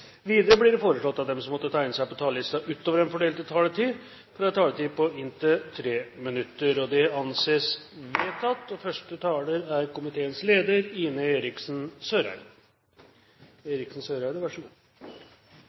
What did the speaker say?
Videre blir det foreslått at de som måtte tegne seg på talerlisten utover den fordelte taletid, får en taletid på inntil 3 minutter. Det anses vedtatt.